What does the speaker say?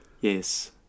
yes